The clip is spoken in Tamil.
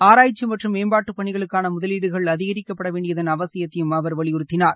ஆராய்ச்சி மற்றும் மேம்பாட்டுப் பணிகளுக்கான முதலீடுகள் அதிகரிக்கப்பட வேண்டியதன் அவசியத்தையும் அவர் வலியுறுத்தினார்